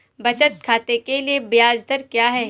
बचत खाते के लिए ब्याज दर क्या है?